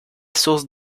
source